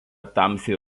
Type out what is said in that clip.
tamsiai